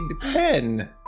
pen